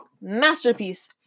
Masterpiece